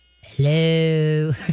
Hello